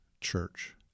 church